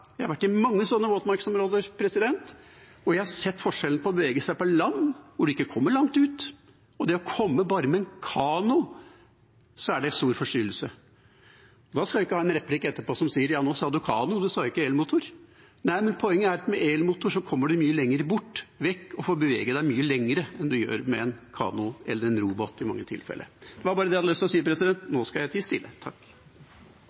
Jeg har vært i mange slike våtmarksområder, og jeg har sett forskjellen på å bevege seg på land, hvor man ikke kommer langt ut, og det bare å komme med en kano – det er stor forstyrrelse. Da skal jeg ikke ha en replikk etterpå som sier: Nå sa du kano, du sa ikke elmotor. Nei, men poenget er at med elmotor kommer man mye lenger bort, man får beveget seg mye lenger enn man gjør med en kano eller med en robåt i mange tilfeller. Det var bare det jeg hadde lyst til å si,